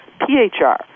PHR